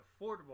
affordable